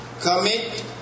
commit